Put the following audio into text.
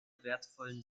wertvollen